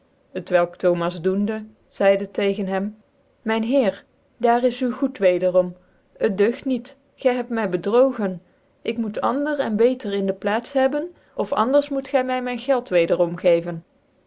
geeft t'welk thomas doende zyde tegen hem myn heer daar is u goed wederom het deugd een neger iii deugd niet gy kebt my bedrogen ik moet ander cn beter in de plaats hebben of anders moet gy my myn geld